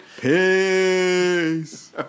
Peace